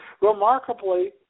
Remarkably